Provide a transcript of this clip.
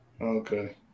Okay